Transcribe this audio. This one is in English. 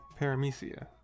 Paramecia